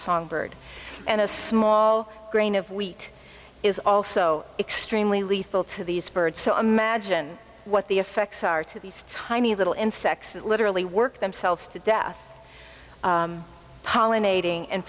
songbird and a small grain of wheat is also extremely lethal to these birds so imagine what the effects are to these tiny little insects that literally work themselves to death pollinating and